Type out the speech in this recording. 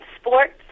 sports